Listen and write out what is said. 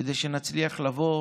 כדי שנצליח לבוא